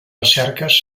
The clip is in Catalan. recerques